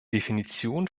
definition